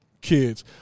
kids